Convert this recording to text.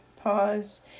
pause